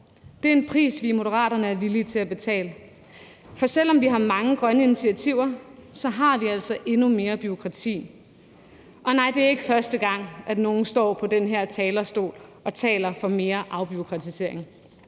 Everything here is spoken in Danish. Det er en pris, vi i Moderaterne er villige til at betale. For selv om vi har mange grønne initiativer, har vi altså endnu mere bureaukrati. Nej, det er ikke første gang, at nogen står på den her talerstol og taler for mere afbureaukratisering.